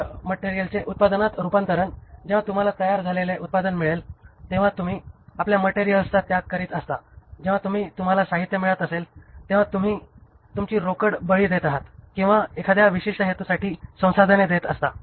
तर त्या मटेरियलचे उत्पादनात रूपांतरण जेव्हा तुम्हाला तयार झालेले उत्पादन मिळेल तेव्हा तुम्ही आपल्या मटेरिअल्सचा त्याग करीत असता आणि जेव्हा तुम्हाला साहित्य मिळत असेल तेव्हा तुम्ही तुमची रोकड बळी देत आहात किंवा एखाद्या विशिष्ट हेतूसाठी संसाधने देत असता